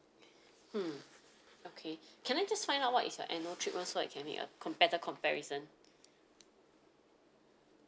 mm okay can I just find out what is your annual trip one so I can make a com~ better comparison